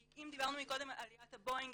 כי אם דיברנו קודם על עליית הבואינג,